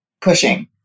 pushing